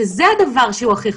שזה הדבר הכי חשוב.